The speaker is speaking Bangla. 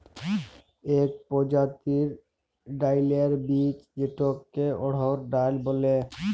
ইক পরজাতির ডাইলের বীজ যেটাকে অড়হর ডাল ব্যলে